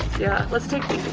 yeah, let's take